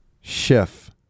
Chef